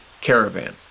caravan